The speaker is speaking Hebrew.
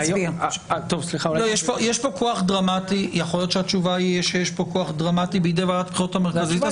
יכול להיות שהתשובה היא שיש פה כוח דרמטי בידי ועדת הבחירות המרכזית.